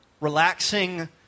relaxing